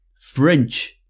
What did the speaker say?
French